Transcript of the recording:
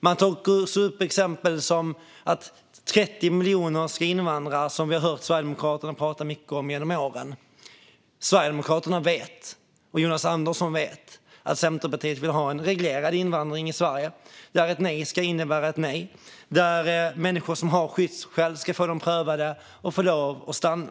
Man tar upp exempel som att 30 miljoner ska invandra, något som vi har hört Sverigedemokraterna prata mycket om genom åren. Sverigedemokraterna och Jonas Andersson vet att Centerpartiet vill ha en reglerad invandring i Sverige där ett nej ska innebära ett nej och där människor som har skyddsskäl ska få dessa prövade och få lov att stanna.